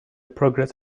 progress